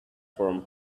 from